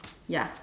ya